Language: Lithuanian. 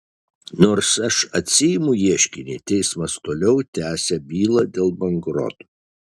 nors aš atsiimu ieškinį teismas toliau tęsia bylą dėl bankroto